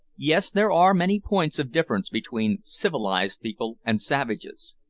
yes, there are many points of difference between civilised people and savages,